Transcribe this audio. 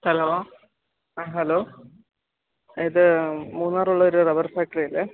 hello ആ hello ഇത് മൂന്നാറുള്ളൊരു റബ്ബർ ഫാക്ടറിയല്ലേ